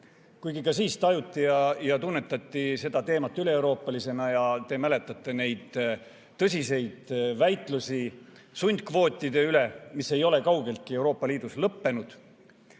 kuigi ka siis tajuti ja tunnetati seda teemat üleeuroopalisena. Te mäletate neid tõsiseid väitlusi sundkvootide üle, mis ei ole kaugeltki Euroopa Liidus lõppenud.